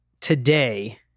today